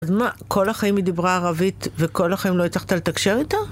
אז מה, כל החיים היא דיברה ערבית, וכל החיים לא הצלחת לתקשר איתה?